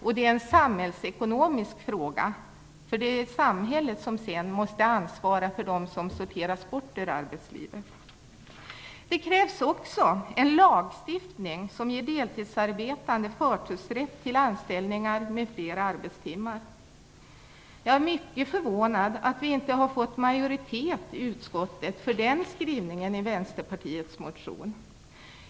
Det är också en samhällsekonomisk fråga, för det är samhället som sedan måste ansvara för dem som sorteras bort ur arbetslivet. Det krävs också en lagstiftning som ger deltidsarbetande förtursrätt till anställningar med fler arbetstimmar. Jag är mycket förvånad över att vi inte har fått majoritet i utskottet för den skrivningen i Vänsterpartiets motion.